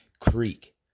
creek